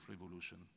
revolution